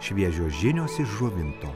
šviežios žinios iš žuvinto